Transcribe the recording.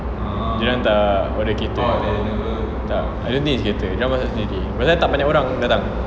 dorang tak order cater tak I don't think is cater that wasn't cater pasal tak banyak orang datang